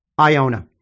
Iona